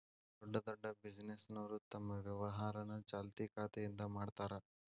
ದೊಡ್ಡ್ ದೊಡ್ಡ್ ಬಿಸಿನೆಸ್ನೋರು ತಮ್ ವ್ಯವಹಾರನ ಚಾಲ್ತಿ ಖಾತೆಯಿಂದ ಮಾಡ್ತಾರಾ